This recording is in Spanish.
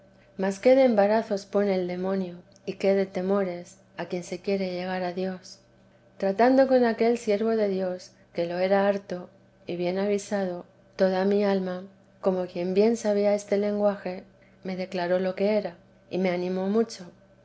mas qué de embarazos pone el demonio y qué de temores a quien se quiere llegar a dios tratando con aquel siervo de dios q ue lo era harto y bien avisado toda mi alma como quien bien sabía este lenguaje me declaró lo que era y me animó mucho